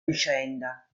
vicenda